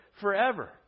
Forever